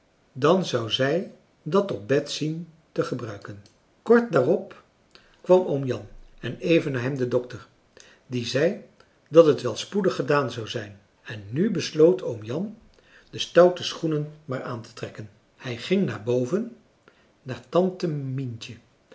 dan zou zij dat op bed zien te gebruiken kort daarop kwam oom jan en even na hem de dokter die zei dat het wel spoedig gedaan zou zijn en nu besloot oom jan françois haverschmidt familie en kennissen de stoute schoenen maar aan te trekken hij ging naar boven naar tante mientje